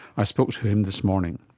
i spoke to him this morning.